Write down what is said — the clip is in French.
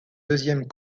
deuxième